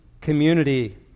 community